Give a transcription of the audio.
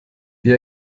die